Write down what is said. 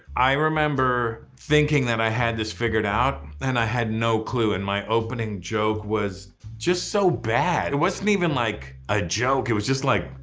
i remember thinking that i had this figured out and i had no clue. and my opening joke was just so bad. it wasn't even like a joke, it was just like,